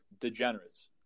degenerates